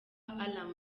alarm